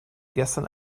gestern